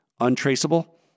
untraceable